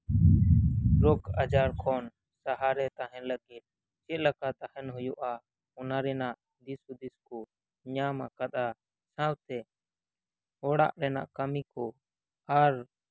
ᱨᱳᱜ ᱟᱡᱟᱨ ᱠᱷᱚᱱ ᱥᱟᱦᱟᱨᱮ ᱛᱟᱦᱮᱱ ᱞᱟᱹᱜᱤᱫ ᱪᱮᱫ ᱞᱮᱠᱟ ᱛᱟᱦᱮᱱ ᱦᱩᱭᱩᱜᱼᱟ ᱚᱱᱟ ᱨᱮᱭᱟᱜ ᱫᱤᱥ ᱦᱩᱸᱫᱤᱥ ᱠᱚ ᱧᱟᱢ ᱟᱠᱟᱫᱟ ᱥᱟᱶᱛᱮ ᱚᱲᱟᱜ ᱨᱮᱭᱟᱜ ᱠᱟᱹᱢᱤ ᱠᱚ ᱟᱨ